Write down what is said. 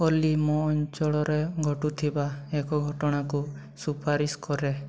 ଅଲି ମୋ ଅଞ୍ଚଳରେ ଘଟୁଥିବା ଏକ ଘଟଣାକୁ ସୁପାରିଶ କରେ